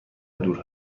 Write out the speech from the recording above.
دور